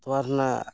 ᱛᱚᱣᱟ ᱨᱮᱱᱟᱜ